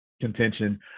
contention